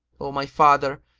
o my father,